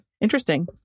Interesting